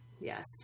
Yes